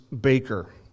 baker